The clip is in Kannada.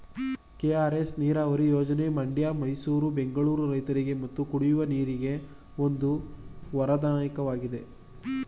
ಕೆ.ಆರ್.ಎಸ್ ನೀರವರಿ ಯೋಜನೆ ಮಂಡ್ಯ ಮೈಸೂರು ಬೆಂಗಳೂರು ರೈತರಿಗೆ ಮತ್ತು ಕುಡಿಯುವ ನೀರಿಗೆ ಒಂದು ವರದಾನವಾಗಿದೆ